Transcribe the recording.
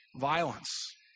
violence